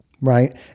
Right